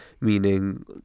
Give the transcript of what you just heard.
meaning